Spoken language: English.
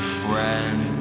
friend